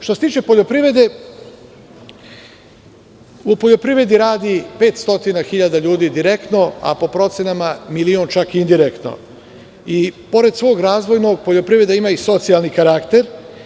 Što se tiče poljoprivrede, u poljoprivredi radi 500 hiljada ljudi direktno, a po procenama milion indirektno i pored svog razvojnog, poljoprivreda ima i socijalni karakter.